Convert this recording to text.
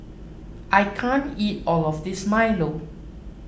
I can't eat all of this Milo